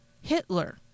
Hitler